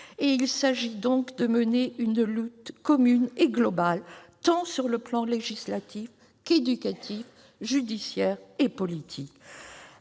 et il s'agit donc de mener une lutte commune et globale, tant sur le plan législatif qu'éducatif, judiciaire et politique.